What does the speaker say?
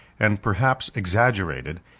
and perhaps exaggerated,